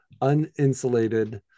uninsulated